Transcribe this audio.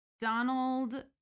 Donald